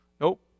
Nope